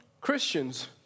Christians